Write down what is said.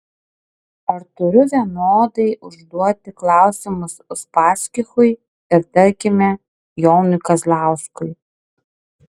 ar turiu vienodai užduoti klausimus uspaskichui ir tarkime jonui kazlauskui